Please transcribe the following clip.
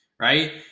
right